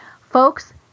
Folks